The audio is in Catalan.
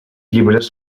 llibres